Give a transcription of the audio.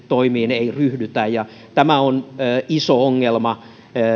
toimiin ryhdyttäisiin tämä on iso ongelma